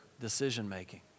decision-making